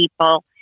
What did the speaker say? people